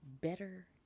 better